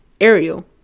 Ariel